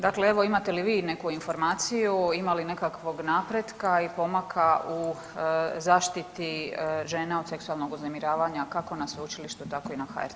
Dakle, evo imate li vi neku informaciju, ima li nekakvog napretka i pomaka u zaštiti žena od seksualnog uznemiravanja kako na sveučilištu, tako i na HRT-u.